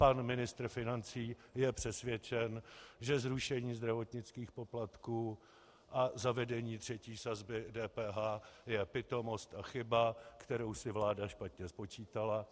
Pan ministr financí je přesvědčen, že zrušení zdravotnických poplatků a zavedení třetí sazby DPH je pitomost a chyba, kterou si vláda špatně spočítala.